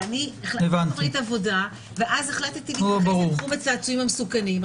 לקחתי תוכנית עבודה ואז החלטתי להיכנס לתחום הצעצועים המסוכנים.